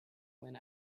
went